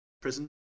prison